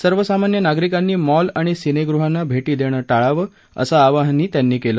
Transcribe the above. सर्वसामान्य नागरिकांनी मॉल आणि सिनेमागृहांना भेरी देणं ळावं असं आवाहनही त्यांनी केलं